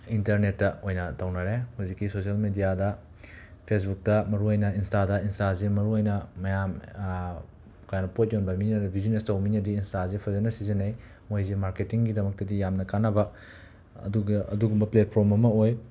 ꯏꯟꯇꯔꯅꯦꯠꯇ ꯑꯣꯏꯅ ꯇꯧꯅꯔꯦ ꯍꯧꯖꯤꯛꯀꯤ ꯁꯣꯁꯦꯜ ꯃꯦꯗꯤꯌꯥꯗ ꯐꯦꯁꯕꯨꯛꯇ ꯃꯔꯨꯑꯣꯏꯅ ꯏꯟꯁꯇꯥꯗ ꯏꯟꯁꯇꯥꯁꯦ ꯃꯔꯨ ꯑꯣꯏꯅ ꯃꯌꯥꯝ ꯀꯦꯅꯣ ꯄꯣꯠ ꯌꯣꯟꯕ ꯃꯤꯅ ꯕꯤꯖꯤꯅꯦꯁ ꯇꯧꯕ ꯃꯤꯅꯗꯤ ꯏꯟꯁꯇꯥꯁꯦ ꯐꯖꯅ ꯁꯤꯖꯤꯟꯅꯩ ꯃꯣꯏꯁꯦ ꯃꯥꯔꯀꯦꯇꯤꯡꯒꯤꯗꯃꯛꯇꯗꯤ ꯌꯥꯝꯅ ꯀꯥꯟꯅꯕ ꯑꯗꯨꯒ ꯑꯗꯨꯒꯨꯝꯕ ꯄ꯭ꯂꯦꯠꯐ꯭ꯔꯣꯝ ꯑꯃ ꯑꯣꯏ